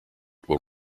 will